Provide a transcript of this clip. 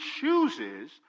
chooses